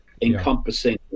encompassing